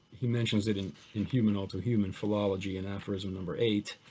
he mentions it in in human all too human, philology in aphorism number eight,